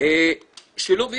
שילוב ישראכרט,